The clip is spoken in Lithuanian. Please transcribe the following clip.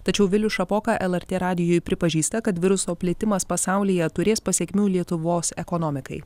tačiau vilius šapoka lrt radijui pripažįsta kad viruso plitimas pasaulyje turės pasekmių lietuvos ekonomikai